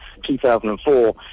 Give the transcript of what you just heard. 2004